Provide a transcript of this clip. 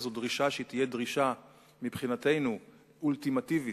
זאת דרישה שתהיה מבחינתנו דרישה אולטימטיבית,